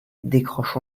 décroche